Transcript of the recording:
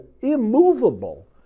immovable